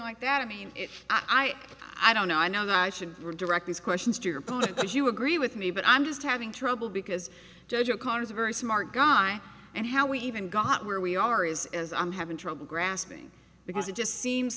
like that i mean it i i i don't know i know that i should we're directly questions if you agree with me but i'm just having trouble because judge o'connor's a very smart guy and how we even got where we are is as i'm having trouble grasping because it just seems